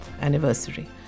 anniversary